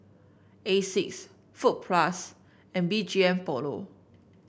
Asics Fruit Plus and B G M Polo